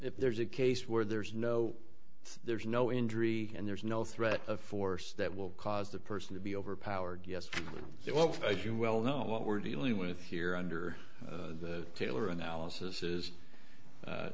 if there's a case where there's no there's no injury and there's no threat of force that will cause the person to be overpowered yes they will face you well know what we're dealing with here under the taylor analysis is